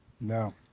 no